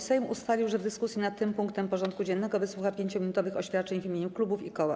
Sejm ustalił, że w dyskusji nad tym punktem porządku dziennego wysłucha 5-minutowych oświadczeń w imieniu klubów i koła.